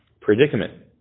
predicament